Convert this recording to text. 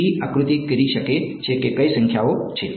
Tt આકૃતિ કરી શકે છે કે કઈ સંખ્યાઓ છે